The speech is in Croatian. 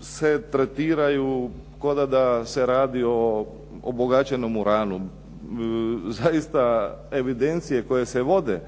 se tretiraju kao da se radi o obogaćenom uranu, zaista evidencije koje se vode,